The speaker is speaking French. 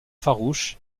farouche